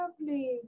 lovely